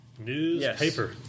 Newspaper